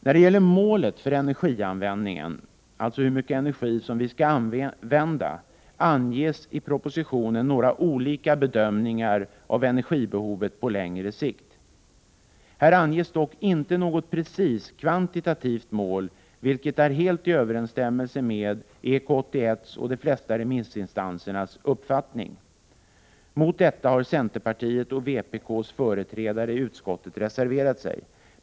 När det gäller målet för energianvändningen — alltså hur mycket energi som vi skall använda — anges i propositionen några olika bedömningar av energibehovet på längre sikt. I propositionen anges dock inte något precist kvantitativt mål, vilket är helt i överenstämmelse med EK 81:s och de flesta remissinstansers uppfattning. Mot detta har centerpartiets och vpk:s företrädare i utskottet reserverat sig.